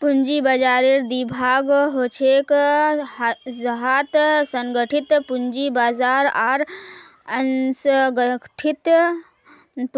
पूंजी बाजाररेर दी भाग ह छेक जहात संगठित पूंजी बाजार आर असंगठित